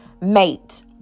mate